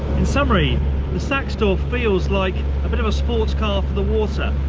in summary the saxdor feels like a bit of a sports car for the water,